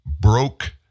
broke